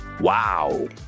Wow